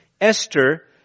Esther